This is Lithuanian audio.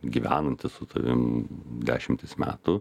gyvenantis su tavim dešimtis metų